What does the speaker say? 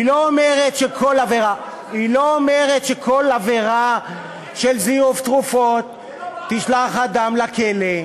היא לא אומרת שכל עבירה של זיוף תרופות תשלח אדם לכלא.